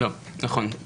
נכון.